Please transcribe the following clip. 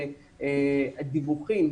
בדיווחים,